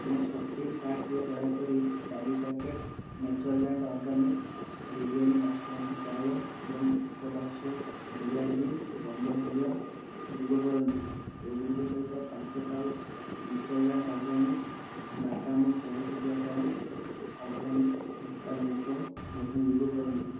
ମୋ ସପିଂ କାର୍ଟ୍ରେ ଦୟାକରି ଚାରି packet Natureland Organics biryani basmati ଚାଉଳ ଏବଂ ଏକ ବାକ୍ସ G R B Bombay halwa ଯୋଗ କରନ୍ତୁ ଏଗୁଡ଼ିକ ସହିତ ପାଞ୍ଚ ପାଉଚ୍ ନେଚର୍ଲ୍ୟାଣ୍ଡ୍ ଅର୍ଗାନିକ୍ସ ବାଦାମ ଦେଢ଼ କିଗ୍ରା ଟନ୍ ଅର୍ଗାନିକ୍ ଗୋଟା ମୁଗ ମଧ୍ୟ ଯୋଗ କରନ୍ତୁ